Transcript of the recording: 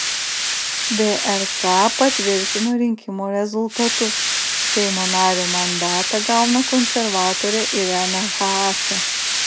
vrk patvirtino rinkimų rezultatus seimo nario mandatą gauna konservatorė irena haase